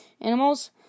animals